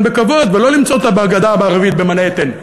בכבוד ולא למצוא אותם בגדה המערבית במנהטן,